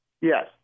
Yes